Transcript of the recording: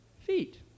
feet